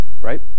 Right